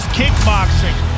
kickboxing